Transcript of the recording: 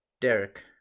Derek